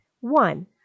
One